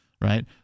right